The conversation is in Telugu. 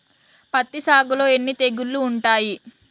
పత్తి సాగులో ఎన్ని తెగుళ్లు ఉంటాయి?